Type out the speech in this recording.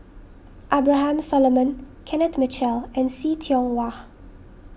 Abraham Solomon Kenneth Mitchell and See Tiong Wah